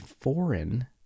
foreign